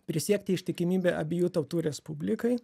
prisiekti ištikimybę abiejų tautų respublikai